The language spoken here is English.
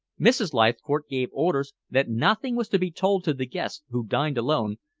mrs. leithcourt gave orders that nothing was to be told to the guests, who dined alone,